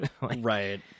Right